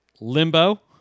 limbo